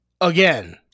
again